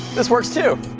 this works too!